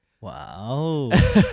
Wow